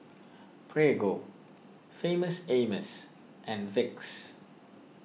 Prego Famous Amos and Vicks